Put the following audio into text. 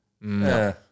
No